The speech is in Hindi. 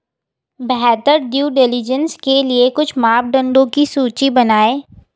बेहतर ड्यू डिलिजेंस के लिए कुछ मापदंडों की सूची बनाएं?